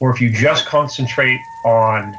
or if you just concentrate on